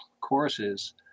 courses